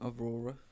Aurora